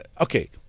okay